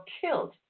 killed